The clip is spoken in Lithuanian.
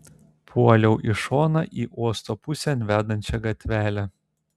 puoliau į šoną į uosto pusėn vedančią gatvelę